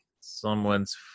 someone's